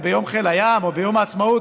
ועוד ביום חיל הים או ביום העצמאות,